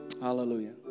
Hallelujah